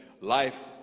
Life